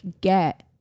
get